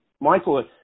Michael